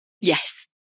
Yes